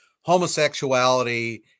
homosexuality